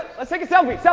let's take a selfie. so